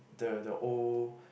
the the old